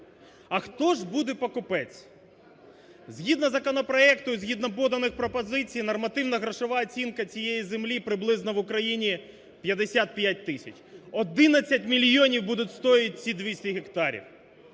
А хто ж буде покупець? Згідно законопроекту і згідно поданих пропозицій нормативно-грошова оцінка цієї землі приблизно в Україні 55 тисяч. 11 мільйонів будуть стоїть ці 200 гектарів.